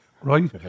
Right